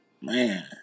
Man